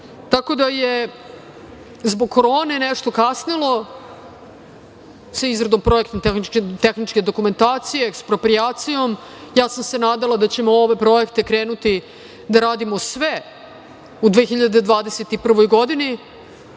da je zbog korone nešto kasnilo sa izradom projektno-tehničke dokumentacije, eksproprijacijom. Ja sam se nadala da ćemo ove projekte krenuti da radimo sve u 2021. godini.